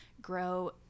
grow